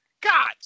God